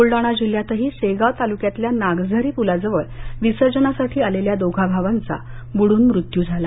बुलडाणा जिल्हयातही शेगाव तालुक्यातल्या नागझरी पुलाजवळ विसर्जनासाठी आलेल्या दोघा भावांचा बुडून मृत्यू झाला